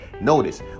notice